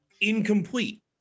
incomplete